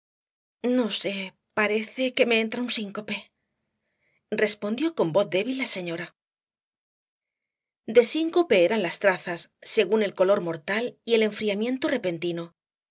no sé parece que me entra un síncope respondió con voz débil la señora de síncope eran las trazas según el color mortal y el enfriamiento repentino